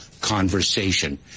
conversation